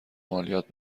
مالیات